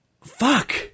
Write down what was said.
fuck